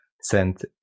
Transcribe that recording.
sent